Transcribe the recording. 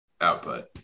output